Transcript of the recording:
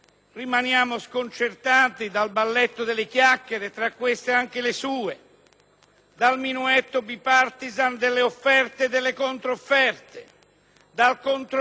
dal minuetto *bipartisan* delle offerte e controfferte, dal controcanto da destra e da sinistra che ascoltiamo sulla giustizia.